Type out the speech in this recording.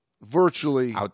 Virtually